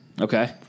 Okay